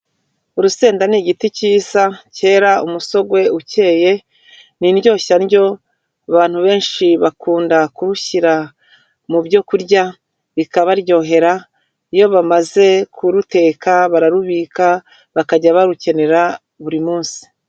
Urusenda ni igiti kiyiza cyera umusogwe ukeye, ni indyoshya ndyo, abantu benshi bakunda kurushyira mu byo kurya, bikabaryohera, iyo bamaze kuruteka bararubika bakajya barukenera buri munsi.